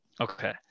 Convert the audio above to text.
Okay